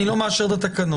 אני לא מאשרת את התקנות,